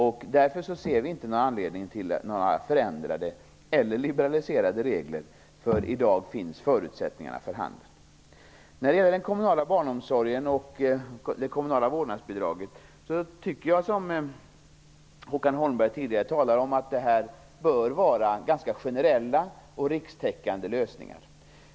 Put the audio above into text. Vi ser därför inte någon anledning till förändringar eller liberaliseringar av reglerna. Förutsättningarna är redan i dag för handen. När det gäller den kommunala barnomsorgen och det kommunala vårdnadsbidraget tycker jag, som Håkan Holmberg tidigare talade om, att lösningarna bör vara ganska generella och rikstäckande.